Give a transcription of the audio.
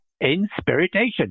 Inspiration